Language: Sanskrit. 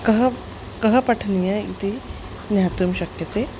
किं किं पठनीयम् इति ज्ञातुं शक्यते